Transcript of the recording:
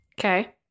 Okay